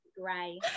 Grey